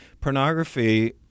pornography